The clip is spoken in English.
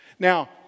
Now